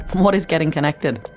what is getting connected?